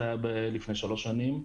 זה היה לפני שלוש שנים.